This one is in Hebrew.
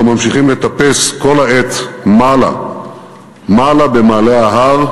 אנחנו ממשיכים לטפס כל העת מעלה-מעלה במעלה ההר,